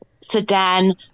sedan